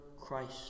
Christ